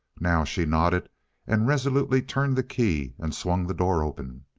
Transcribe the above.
now she nodded and resolutely turned the key and swung the door open.